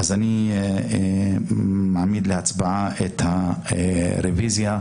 אז אני מעמיד להצבעה את הרביזיה.